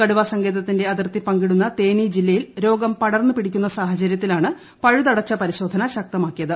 കടുവാ സങ്കേതത്തിന്റെ അതിർത്തി പങ്കിടുന്ന തേനി ജില്ലയിൽ രോഗം പകർന്നുപിടിക്കുന്ന സാഹചര്യത്തിലാണ് പഴുതടച്ച ് പരിശോധന ശക്തമാക്കിയത്